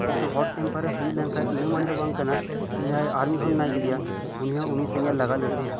ᱠᱤᱱᱛᱩ hot temperature ᱦᱳᱭᱳᱜ ᱞᱮᱱ ᱠᱷᱟᱱ ᱤᱱᱟᱹ ᱢᱟᱱᱮ ᱫᱚ ᱵᱟᱝ ᱠᱟᱱᱟ ᱡᱟᱦᱟᱸᱭ ᱟᱨ ᱢᱤᱫ ᱦᱚᱲ ᱢᱮᱱᱟᱜ ᱟᱠᱟᱫᱮᱭᱟ ᱩᱱᱤ ᱦᱚᱸ ᱩᱱᱤ ᱥᱚᱸᱜᱮ ᱞᱟᱜᱟ ᱞᱟᱹᱲᱦᱟᱹᱭᱟ